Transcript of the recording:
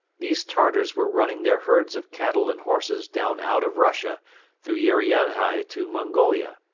these tartars were running their herds of cattle and horses down out of russia through urianhai to mongolia.